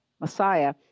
Messiah